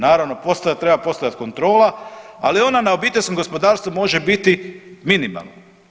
Naravno postojat, treba postojat kontrola, ali ona na obiteljskom gospodarstvu može biti minimalna.